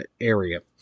area